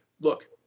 Look